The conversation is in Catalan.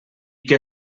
què